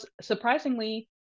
surprisingly